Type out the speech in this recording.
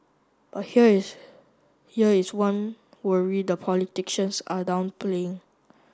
but here is here is one worry the politicians are downplaying